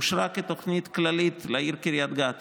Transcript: היא אושרה כתוכנית כללית לעיר קריית גת,